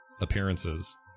appearances